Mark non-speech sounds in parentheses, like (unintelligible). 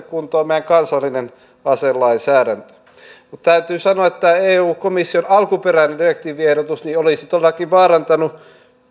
(unintelligible) kuntoon meidän kansallinen aselainsäädäntö täytyy sanoa että eu komission alkuperäinen direktiiviehdotus olisi todellakin vaarantanut